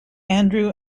andrew